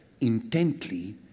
intently